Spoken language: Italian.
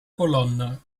colonna